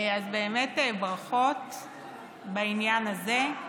אז באמת ברכות בעניין הזה.